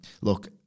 look